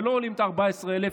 ולא עולים מעל 14,000,